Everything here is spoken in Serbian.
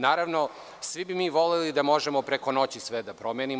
Naravno, svi bi mi voleli da možemo preko noći sve da promenimo.